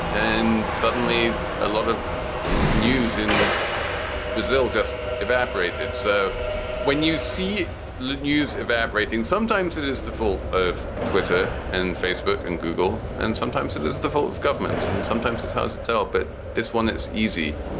and suddenly a lot of news in brazil just evaporated. so when you see live news evaporating, sometimes it is the fault of twitter and facebook and google. and sometimes it is the fault of governments. and sometimes it's hard to tell. but this one, that's easy.